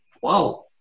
whoa